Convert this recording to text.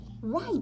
right